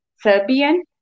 serbian